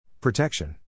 Protection